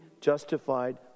justified